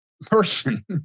person